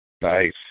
Nice